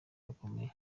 gakomeye